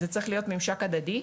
אז זה צריך להיות ממשק הדדי.